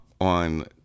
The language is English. on